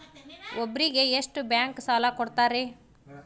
ಒಬ್ಬರಿಗೆ ಎಷ್ಟು ಬ್ಯಾಂಕ್ ಸಾಲ ಕೊಡ್ತಾರೆ?